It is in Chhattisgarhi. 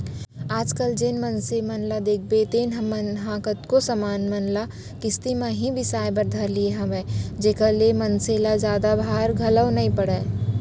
आज कल जेन मनसे मन ल देखबे तेन मन ह कतको समान मन ल किस्ती म ही बिसाय बर धर ले हवय जेखर ले मनसे ल जादा भार घलोक नइ पड़य